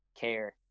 care